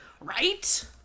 Right